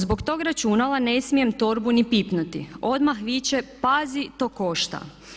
Zbog tog računala ne smijem torbu ni pipnuti, odmah viče pazi to košta.